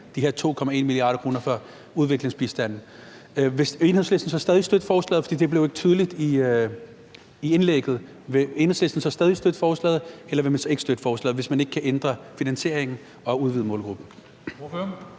de her 2,1 mia. kr. fra udviklingsbistanden – vil Enhedslisten så stadig væk støtte forslaget? For det blev ikke gjort tydeligt i indlægget. Vil Enhedslisten så stadig støtte forslaget, eller vil man ikke støtte forslaget, hvis man ikke kan ændre finansieringen og udvide målgruppen?